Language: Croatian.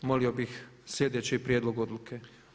Molio bih sljedeći prijedlog odluke.